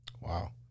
Wow